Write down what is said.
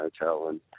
hotel